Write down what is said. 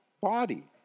body